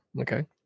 okay